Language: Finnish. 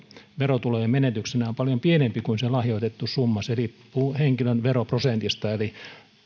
verotulojen menetyksenä on paljon pienempi kuin se lahjoitettu summa se riippuu henkilön veroprosentista